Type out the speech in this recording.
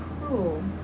cruel